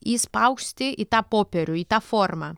įspausti į tą popierių į tą formą